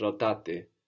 Rotate